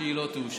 שהיא לא תאושר.